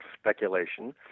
speculation